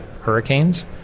hurricanes